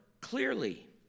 clearly